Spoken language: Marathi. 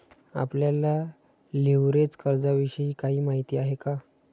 आपल्याला लिव्हरेज कर्जाविषयी काही माहिती आहे का?